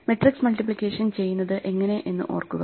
matrix multiplication ചെയുന്നത് എങ്ങിനെ എന്ന് ഓർക്കുക